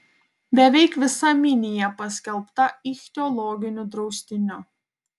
beveik visa minija paskelbta ichtiologiniu draustiniu